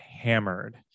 hammered